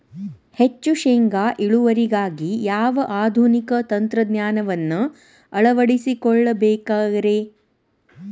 ಹೆಚ್ಚು ಶೇಂಗಾ ಇಳುವರಿಗಾಗಿ ಯಾವ ಆಧುನಿಕ ತಂತ್ರಜ್ಞಾನವನ್ನ ಅಳವಡಿಸಿಕೊಳ್ಳಬೇಕರೇ?